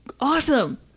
awesome